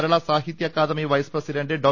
Kerala Sahitya Akademi vice president Dr